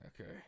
Okay